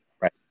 Right